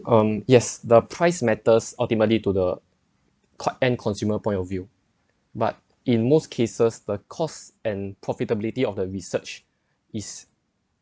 um yes the price matters ultimately to the court and consumer point of view but in most cases the cost and profitability of the research is